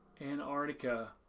Antarctica